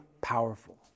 powerful